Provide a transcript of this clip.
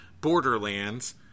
Borderlands